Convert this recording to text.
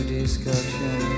discussion